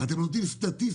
אתם נותנים סטטיסטיקה.